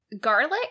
Garlic